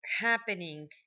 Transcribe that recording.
happening